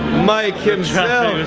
mike himself